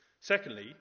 Secondly